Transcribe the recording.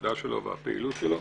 העבודה שלו והפעילות שלו